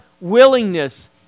willingness